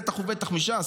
בטח ובטח מש"ס,